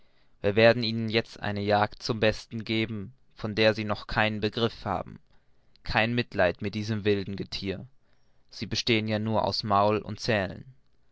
wir werden ihnen eine jagd zum besten geben von der sie noch keinen begriff haben kein mitleid mit diesem wilden gethier sie bestehen ja nur aus maul und zähnen